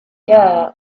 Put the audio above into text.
yeah